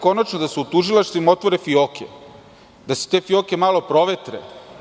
Konačno da se tužilaštvima otvore fijoke i da se te fijoke malo provetre.